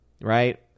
right